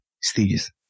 stages